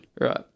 Right